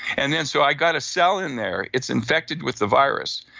and then, so i've got a cell in there, it's infected with the virus,